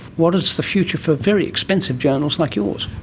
what is the future for very expensive journals like yours?